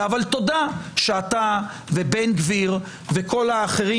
אבל תודה שאתה ובן גביר וכל האחרים,